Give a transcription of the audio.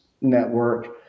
network